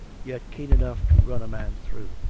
yet keen enough to run a man through.